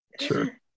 Sure